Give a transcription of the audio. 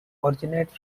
originate